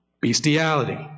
Bestiality